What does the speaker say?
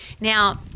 Now